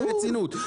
רצינות.